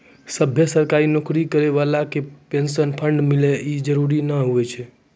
सभ्भे सरकारी नौकरी करै बाला के पेंशन फंड मिले इ जरुरी नै होय छै